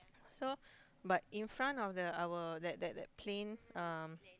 so but in front of the our that that that plain um